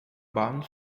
bound